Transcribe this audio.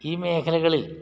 ഈ മേഖലകളിൽ